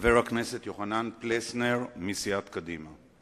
חבר הכנסת יוחנן פלסנר מסיעת קדימה.